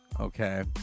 Okay